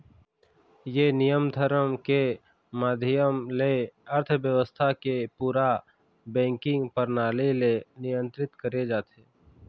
ये नियम धरम के माधियम ले अर्थबेवस्था के पूरा बेंकिग परनाली ले नियंत्रित करे जाथे